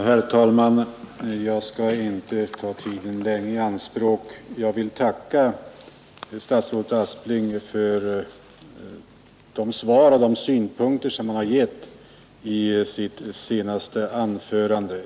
Herr talman! Jag skall inte ta tiden i anspråk längre utan vill bara tacka statsrådet Aspling för de svar han här gav och de synpunkter han redovisade i sitt senaste anförande.